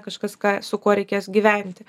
kažkas ką su kuo reikės gyventi